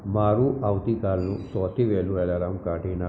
મારું આવતીકાલનું સૌથી વહેલું એલાર્મ કાઢી નાખો